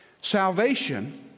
Salvation